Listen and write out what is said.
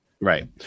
Right